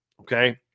okay